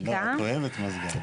בבקשה.